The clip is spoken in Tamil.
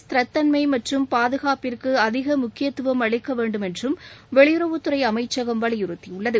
ஸ்திரத்தன்மை மற்றும் பாதுகாப்பிற்கு அதிக முக்கியத்துவம் அளிக்க வேண்டும் என்றும் வெளியுறவுத்துறை அமைச்சகம் வலியுறுத்தியுள்ளது